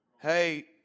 Hey